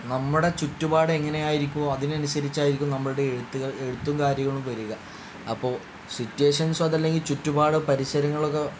നമ്മുടെ ചുറ്റുപാട് എങ്ങനെയായിരിക്കുമോ അതിന് അനുസരിച്ചായിരിക്കും നമ്മളുടെ എഴുത്ത് എഴുത്തും കാര്യങ്ങളും വരിക അപ്പോൾ സിറ്റുവേഷൻസ് അത് അല്ലെങ്കിൽ ചുറ്റുപാട് പരിസരങ്ങളൊക്കെ